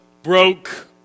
Broke